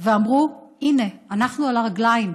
ואמרו: הינה, אנחנו על הרגליים,